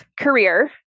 career